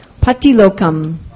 Patilokam